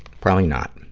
probably not,